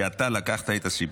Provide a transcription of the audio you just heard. שאתה לקחת את הסיפור.